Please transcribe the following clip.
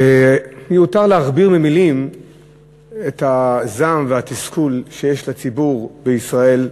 מיותר להכביר מילים על הזעם והתסכול שיש לציבור בישראל,